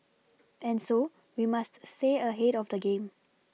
and so we must stay ahead of the game